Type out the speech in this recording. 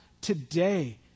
today